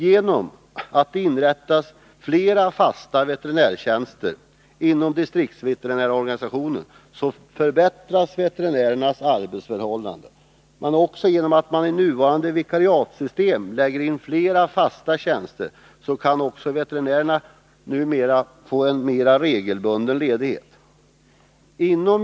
Genom att det inrättas fler fasta veterinärtjänster inom distriktsveterinärorganisationen förbättras veterinärernas arbetsförhållanden, och genom att man i nuvarande vikariatsystem lägger in flera fasta tjänster kan veterinärerna få än mera regelbunden ledighet.